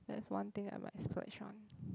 that's one thing I might splurge on